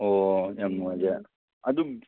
ꯑꯣ ꯌꯥꯝ ꯅꯨꯡꯉꯥꯏꯖꯔꯦ ꯑꯗꯨ